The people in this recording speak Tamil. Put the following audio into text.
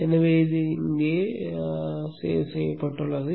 எனவே இது இங்கே சேர்க்கப்பட்டுள்ளது